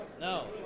No